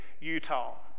Utah